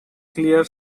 clear